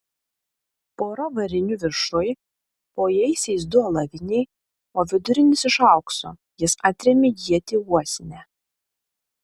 pora varinių viršuj po jaisiais du alaviniai o vidurinis iš aukso jis atrėmė ietį uosinę